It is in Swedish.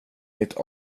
mitt